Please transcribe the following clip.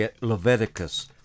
leviticus